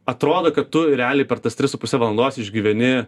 atrodo kad tu realiai per tas tris su puse valandos išgyveni